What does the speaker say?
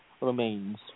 remains